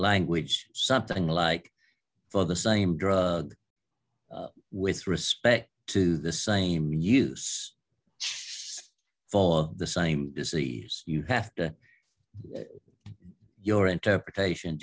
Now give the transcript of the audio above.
language something like for the same drug with respect to the same use full of the same disease you have to your interpretation